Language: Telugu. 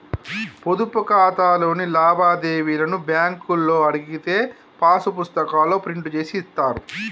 పొదుపు ఖాతాలోని లావాదేవీలను బ్యేంకులో అడిగితే పాసు పుస్తకాల్లో ప్రింట్ జేసి ఇత్తారు